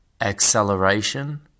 acceleration